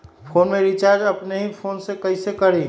Phone में recharge अपने ही फ़ोन से कईसे करी?